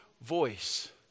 voice